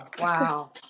Wow